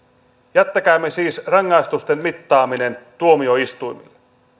jättäkäämme siis rangaistusten mittaaminen tuomioistuimille